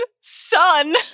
son